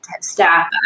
staff